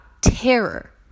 terror